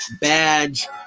badge